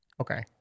Okay